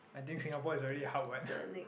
I think Singapore is already a hub what